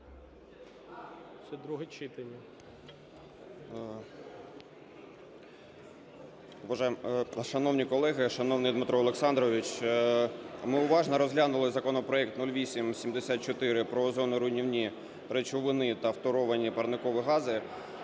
Шановні колеги, шановний Дмитро Олександрович! Ми уважно розглянули законопроект 0874 про озоноруйнівні речовини та фторовані парникові гази